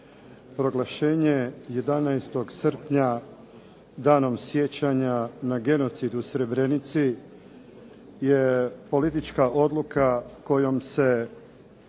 Proglašenje 11. srpnja Danom sjećanja na genocid u Srebrenici je politička odluka kojom se